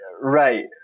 Right